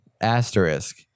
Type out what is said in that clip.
asterisk